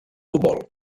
futbol